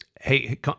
hey